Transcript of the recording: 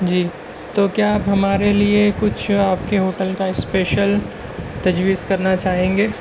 جی تو کیا آپ ہمارے لیے کچھ آپ کے ہوٹل کا اسپیشل تجویز کرنا چاہیں گے